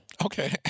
Okay